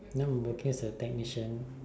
now I'm working as a technician